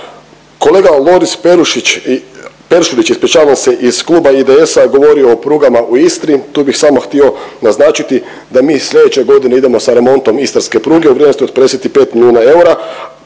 Kolega Loris Perušić, Peršurić, ispričavam se iz Kluba IDS-a govorio je o prugama u Istri. Tu bih samo htio naznačiti da mi slijedeće godine idemo sa remontom istarske pruge u vrijednosti od 55 milijuna eura.